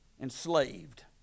enslaved